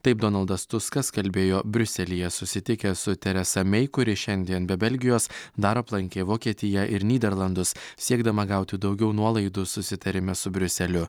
taip donaldas tuskas kalbėjo briuselyje susitikęs su teresa mei kuri šiandien be belgijos dar aplankė vokietiją ir nyderlandus siekdama gauti daugiau nuolaidų susitariame su briuseliu